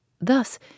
Thus